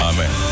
Amen